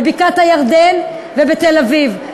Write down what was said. בבקעת-הירדן ובתל-אביב.